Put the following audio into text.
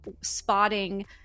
spotting